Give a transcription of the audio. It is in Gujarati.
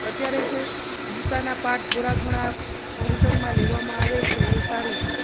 અત્યારે જે ગીતાના પાઠ થોડા ઘણા ભણતરમાં લેવામાં આવે છે એ સારું છે